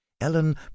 Ellen